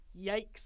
Yikes